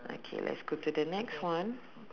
okay let's go to the next one